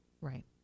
Right